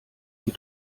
die